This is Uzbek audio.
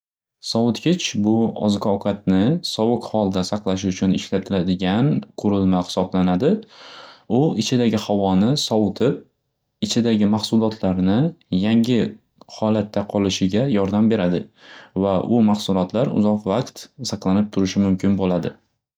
Sovitgich bu oziq ovqatni sovuq holda saqlash uchun ishlatiladigan qurilma xisoblanadi. U ichidagi havoni sovitib ichidagi maxsulotlarni yangi xolatda qolishiga yordam beradi va u maxsulotlar uzoq vaqt saqlanib turishi mumkin bo'ladi.